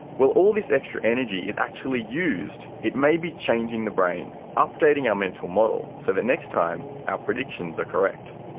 well, all this extra energy is actually used. it may be changing the brain, updating our mental model so that next time our predictions are correct.